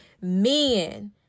men